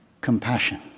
compassion